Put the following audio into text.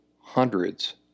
hundreds